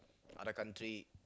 other country